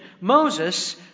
Moses